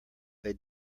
they